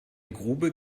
grube